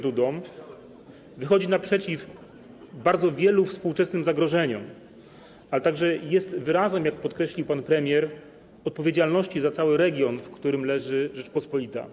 Dudą wychodzi naprzeciw wielu współczesnym zagrożeniom, ale także jest wyrazem, jak podkreślił pan premier, odpowiedzialności za cały region, w którym leży Rzeczpospolita.